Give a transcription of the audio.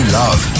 love